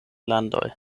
landoj